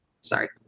Sorry